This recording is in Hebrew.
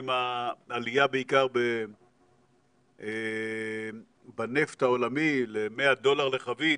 עם העלייה בעיקר בנפט העולמי ל-100 דולר לחבית,